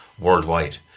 worldwide